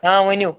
آ ؤنِو